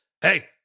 Hey